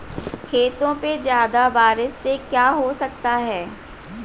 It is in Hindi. खेतों पे ज्यादा बारिश से क्या हो सकता है?